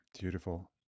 Beautiful